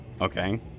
Okay